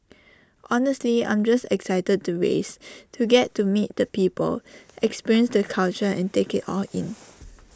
honestly I'm just excited to race to get to meet the people experience the culture and take IT all in